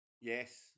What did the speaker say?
Yes